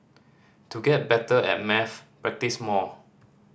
to get better at maths practise more